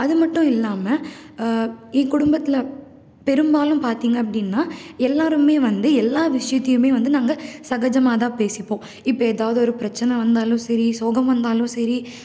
அதுமட்டும் இல்லாமல் என் குடும்பத்தில் பெரும்பாலும் பார்த்திங்க அப்படின்னா எல்லோருமே வந்து எல்லா விஷயத்தையுமே வந்து நாங்கள் சகஜமாகதான் பேசிப்போம் இப்போ எதாவது ஒரு பிரச்சனை வந்தாலும் சரி சோகம் வந்தாலும் சரி